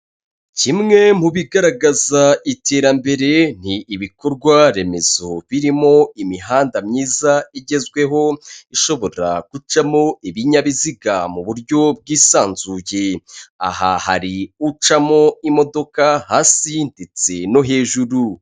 Kimwe mu bigaragaza iterambere ni ibikorwaremezo birimo imihanda myiza igezweho ishobora gucamo ibinyabiziga mu buryo bw'isanzuye, aha hari ucamo imodoka hasi ndetse no hejuru.